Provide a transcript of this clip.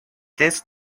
this